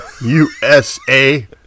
U-S-A